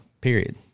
period